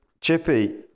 Chippy